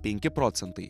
penki procentai